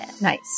nice